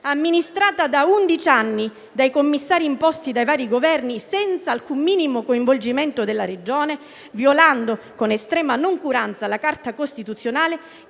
amministrata da undici anni dai commissari imposti dai vari Governi senza alcun minimo coinvolgimento della Regione, violando con estrema noncuranza la Carta costituzionale,